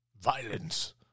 violence